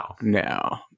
no